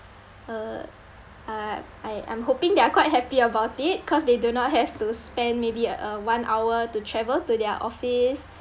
uh uh I I'm hoping they are quite happy about it cause they do not have to spend maybe uh one hour to travel to their office